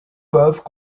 peuvent